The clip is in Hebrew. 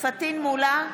פטין מולא,